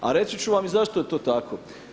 A reći ću vam i zašto je to tako.